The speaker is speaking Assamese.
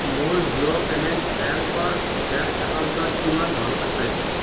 মোৰ জিঅ' পে'মেণ্ট বেংকৰ বেংক একাউণ্টত কিমান ধন আছে